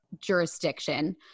jurisdiction